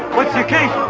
what's the occasion?